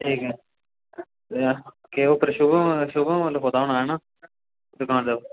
ठीक ऐ ते उप्पर केह् शुभम शुभम लखोए दा होना हैना दकान दे उप्पर